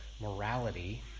morality